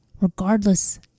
regardless